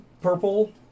purple